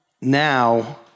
now